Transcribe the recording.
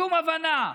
שום הבנה.